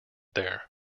there